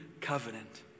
covenant